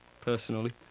personally